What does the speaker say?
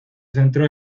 centró